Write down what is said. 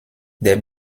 der